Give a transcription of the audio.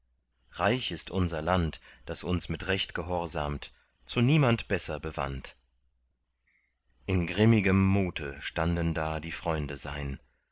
reich ist unser land das uns mit recht gehorsamt zu niemand besser bewandt in grimmigem mute standen da die freunde sein